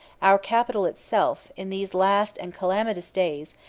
our capital itself, in these last and calamitous days,